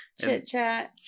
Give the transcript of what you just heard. Chit-chat